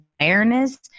awareness